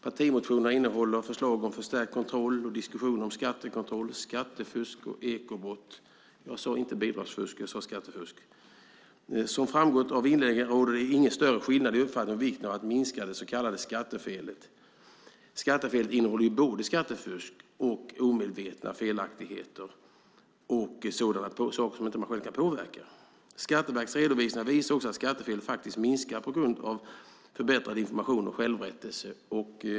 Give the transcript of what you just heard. Partimotionerna innehåller förslag om förstärkt kontroll och diskussioner om skattekontroll, skattefusk och ekobrott. Jag sade inte bidragsfusk, jag sade skattefusk. Som framgått av inläggen råder inga större skillnader i uppfattning om vikten av att minska det så kallade skattefelet. Skattefelet innehåller ju både skattefusk och omedvetna felaktigheter samt sådana saker som man inte själv kan påverka. Skatteverkets redovisningar visar också att skattefelet faktiskt minskar på grund av förbättrad information och självrättelse.